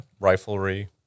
riflery